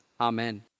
Amen